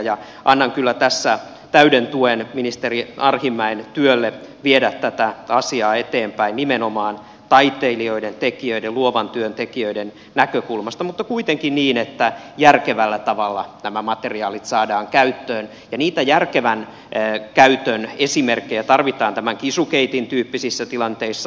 annan kyllä tässä täyden tuen ministeri arhinmäen työlle viedä tätä asiaa eteenpäin nimenomaan taiteilijoiden luovan työn tekijöiden näkökulmasta mutta kuitenkin niin että järkevällä tavalla nämä materiaalit saadaan käyttöön ja niitä järkevän käytön esimerkkejä tarvitaan tämän chisugaten tyyppisissä tilanteissa